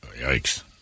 yikes